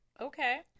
Okay